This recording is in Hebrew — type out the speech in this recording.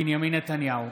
בנימין נתניהו,